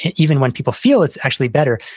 and even when people feel it's actually better,